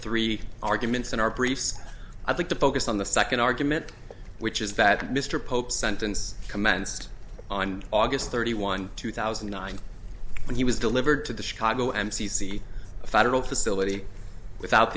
three arguments in our briefs i'd like to focus on the second argument which is that mr pope's sentence commenced on august thirty one two thousand and nine when he was delivered to the chicago m c c a federal facility without